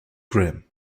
grim